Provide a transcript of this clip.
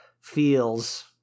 feels